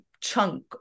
chunk